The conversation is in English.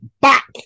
back